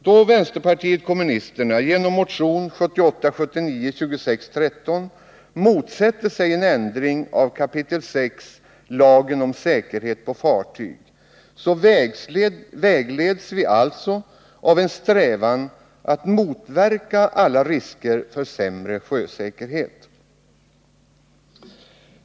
Då vänsterpartiet kommunisterna genom motionen 1978/79:2613 motsätter sig en ändring av 6 kap. lagen om säkerhet på fartyg vägleds vi av en strävan att motverka alla risker för sämre sjösäkerhet.